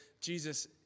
Jesus